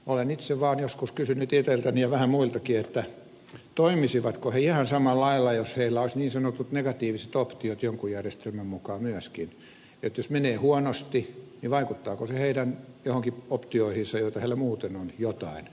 olen itse vaan joskus kysynyt itseltäni ja vähän muiltakin toimisivatko he ihan samalla lailla jos heillä olisi niin sanotut negatiiviset optiot jonkun järjestelmän mukaan myöskin eli jos menee huonosti niin vaikuttaako se joihinkin heidän optioihinsa joita heillä muuten on jotenkin negatiivisesti